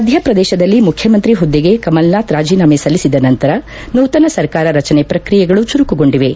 ಮಧ್ಯಪ್ರದೇಶದಲ್ಲಿ ಮುಖ್ಯಮಂತ್ರಿ ಹುದ್ಗೆಗೆ ಕಮಲ್ನಾಥ್ ರಾಜೀನಾಮೆ ಸಲ್ಲಿಸಿದ ನಂತರ ನೂತನ ಸರ್ಕಾರ ರಚನೆ ಪ್ರಕ್ರಿಯೆಗಳು ಚುರುಕುಗೊಂಡಿವೆ